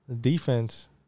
Defense